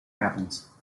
happens